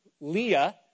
Leah